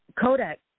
Kodak